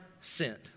sent